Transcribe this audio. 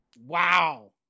wow